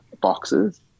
boxes